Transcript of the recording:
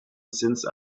since